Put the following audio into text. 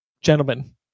gentlemen